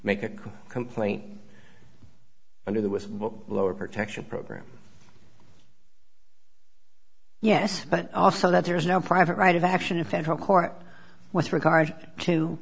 make a complaint under the with what lower protection program yes but also that there is no private right of action in federal court with regard to